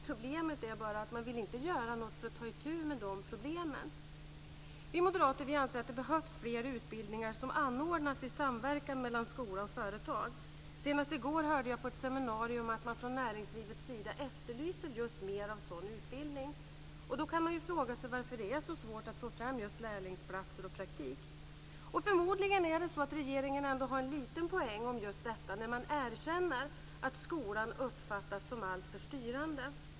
Problemet är att man inte vill göra någonting för att ta itu med problemen. Vi moderater anser att det behövs fler utbildningar som anordnas i samverkan mellan skola och företag. Senast i går hörde jag på ett seminarium att man från näringslivets sida efterlyser mer av sådan utbildning. Då kan man fråga sig varför det är så svårt att få fram lärlingsplatser och praktikplatser. Förmodligen har regeringen ändå en liten poäng om detta, när regeringen erkänner att skolan uppfattas som alltför styrande.